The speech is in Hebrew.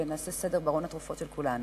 ונעשה סדר בארון התרופות של כולנו.